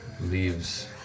leaves